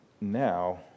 now